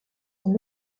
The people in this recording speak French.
son